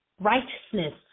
righteousness